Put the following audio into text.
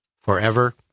forever